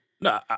No